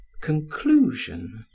conclusion